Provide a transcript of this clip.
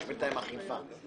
בינתיים יש אכיפה.